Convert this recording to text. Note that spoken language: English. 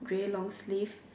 grey long sleeve